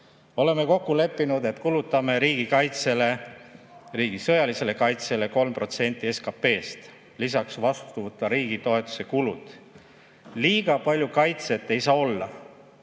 Oleme kokku leppinud, et kulutame riigikaitsele, riigi sõjalisele kaitsele 3% SKP‑st, lisaks vastuvõtva riigi toetuse kulud. Liiga palju kaitset ei saa olla.